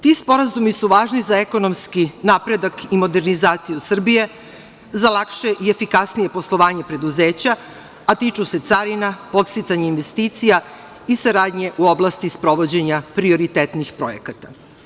Ti sporazumi su važni za ekonomski napredak i modernizaciju Srbije, za lakše i efikasnije poslovanje preduzeća, a tiču se carina, podsticanje investicija i saradnje u oblasti sprovođenja prioritetnih projekata.